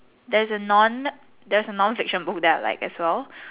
there's a non there's a non fiction book that I like as well